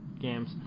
games